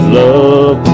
love